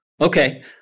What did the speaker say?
Okay